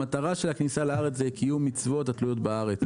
המטרה של הכניסה לארץ זה קיום מצוות התלויות בארץ.